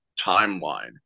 timeline